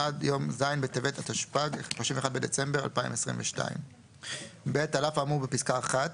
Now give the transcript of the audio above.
עד יום ז' בטבת התשפ"ג (31 בדצמבר 2022). (ב)על אף האמור בפסקה (1),